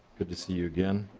good to see you again.